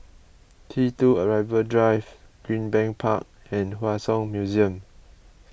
T two Arrival Drive Greenbank Park and Hua Song Museum